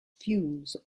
fumes